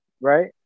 Right